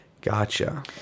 Gotcha